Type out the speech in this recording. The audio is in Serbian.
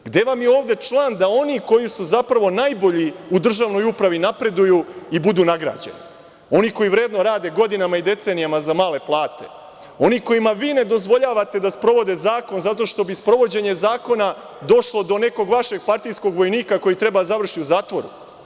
Gde vam je ovde član da oni koji su zapravo najbolji u državnoj upravi napreduju i budu nagrađeni, oni koji vredno rade godinama i decenijama za male plate, oni kojima vi ne dozvoljavate da sprovode zakon zato što bi sprovođenjem zakona došlo do nekog vašeg partijskog vojnika koji treba da završi u zatvoru?